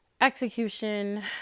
execution